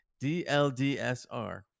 DLDSR